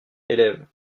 élèves